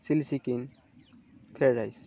chilli chicken fried rice